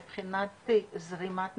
מבחינת זרימת נתונים,